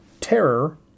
terror